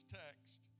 text